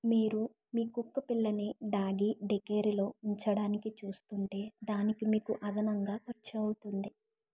మీరు మీ కుక్క పిల్లని డాగీ డేకేరిలో ఉంచడానికి చూస్తుంటే దానికి మీకు అదనంగా ఖర్చు అవుతుంది